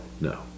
No